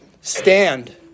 Stand